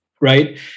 Right